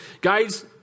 Guys